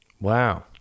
Wow